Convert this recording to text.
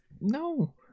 no